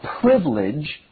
privilege